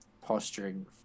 posturing